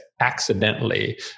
accidentally